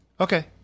Okay